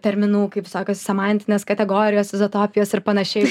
terminų kaip sako semantinės kategorijos izotopijos ir panašiai